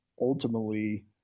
ultimately